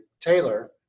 Taylor